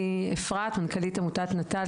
אני אפרת מנכ"לית עמותת נט"ל,